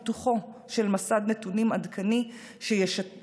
פיתוחו של מסד נתונים עדכני שישקף